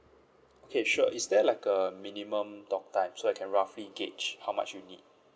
okay sure is there like a a minimum talk time so I can roughly gauge how much you need